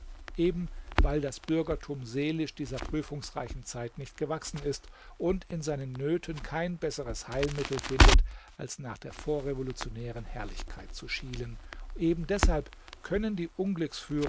eben weil das bürgertum seelisch dieser prüfungsreichen zeit nicht gewachsen ist und in seinen nöten kein besseres heilmittel findet als nach der vorrevolutionären herrlichkeit zu schielen eben deshalb können die